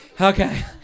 Okay